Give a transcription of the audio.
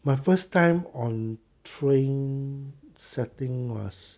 my first time on train I think was